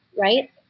right